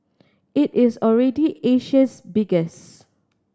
it is already Asia's biggest